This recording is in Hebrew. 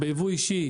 ביבוא אישי,